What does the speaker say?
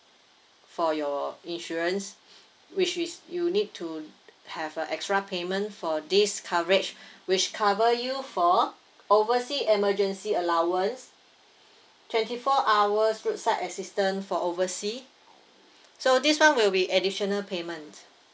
for your insurance which is you need to have a extra payment for this coverage which cover you for oversea emergency allowance twenty four hours roadside assistant for oversea so this [one] will be additional payment